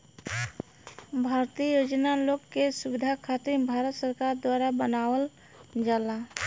भारतीय योजना लोग के सुविधा खातिर भारत सरकार द्वारा बनावल जाला